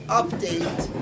update